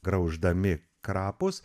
grauždami krapus